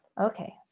Okay